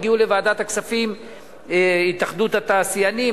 הגיעו לוועדת הכספים התאחדות התעשיינים,